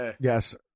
Yes